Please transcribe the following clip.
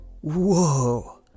Whoa